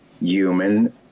human